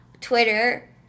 Twitter